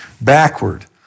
backward